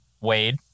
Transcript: Wade